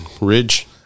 Ridge